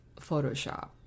Photoshop